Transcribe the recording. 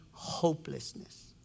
hopelessness